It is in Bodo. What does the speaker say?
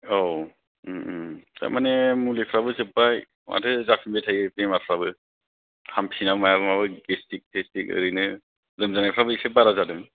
औ उम उम थारमाने मुलिफ्राबो जोबबाय माथो जाफिनबाय थायो बेमारफ्राबो हामफिनाबो मायाबो माबा गेसट्रिक टेसटिक ओरैनो लोमजानायफ्राबो एसे बारा जादों